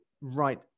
right